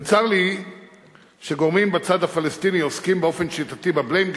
וצר לי שגורמים בצד הפלסטיני עוסקים באופן שיטתי ב-Blame Game,